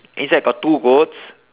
inside got two goats